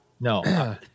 No